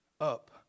up